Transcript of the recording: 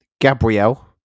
gabrielle